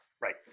right